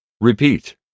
Repeat